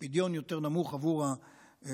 לפדיון יותר נמוך עבור התוצרת,